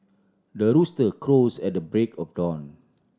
the rooster crows at the break of dawn